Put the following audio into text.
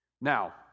Now